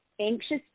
anxious